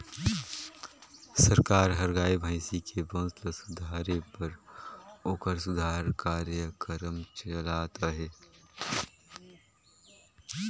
सरकार हर गाय, भइसी के बंस ल सुधारे बर ओखर सुधार कार्यकरम चलात अहे